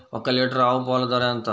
ఒక్క లీటర్ ఆవు పాల ధర ఎంత?